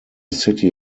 city